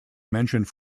mentioned